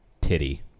titty